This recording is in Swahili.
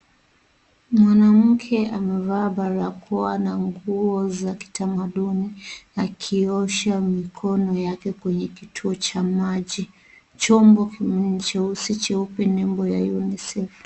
Mwanamke amevaa barakoa na nguo za kitamaduni akiosha mikono yake kwenye kituo cha maji. Chombo kingine cheusi cheupe nembo ya UNICEF.